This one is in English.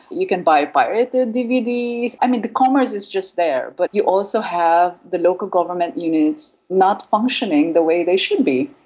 you can buy pirated dvds. i mean, the commerce is just there, but you also have the local government units not functioning the way they should be.